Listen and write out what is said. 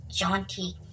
Jaunty